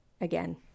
again